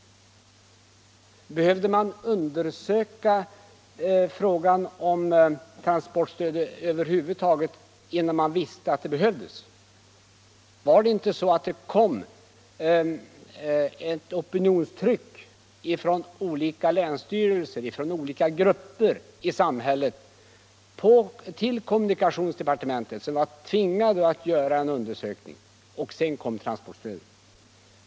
Visst behövde man undersöka frågan om transportstödet över huvud taget innan man visste att det behövdes? Var det inte så att det kom ett opinionstryck från olika länsstyrelser och från olika grupper i samhället till kommunikationsdepartementet, så att man där var tvingad att göra en undersökning? Först därefter kom väl transportstödet.